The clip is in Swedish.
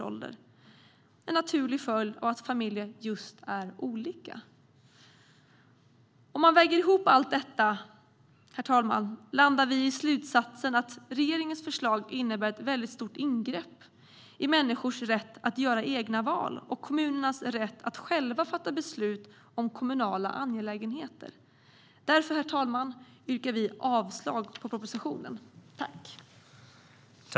Det är en naturlig följd av att familjer är just olika. Herr talman! Om vi väger ihop allt detta landar vi i slutsatsen att regeringens förslag innebär ett mycket stort ingrepp i människors rätt att göra egna val och i kommunernas rätt att själva fatta beslut om kommunala angelägenheter. Därför, herr talman, yrkar vi avslag på förslaget i propositionen och bifall till reservation 1.